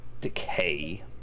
Decay